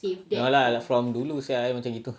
no lah from dulu sia I macam itu